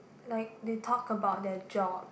like they talk about their job